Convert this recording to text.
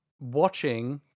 watching